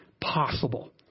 possible